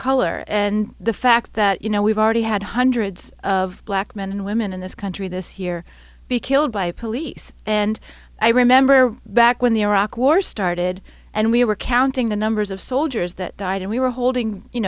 color and the fact that you know we've already had hundreds of black men and women in this country this year be killed by police and i remember back when the iraq war started and we were counting the numbers of soldiers that died and we were holding you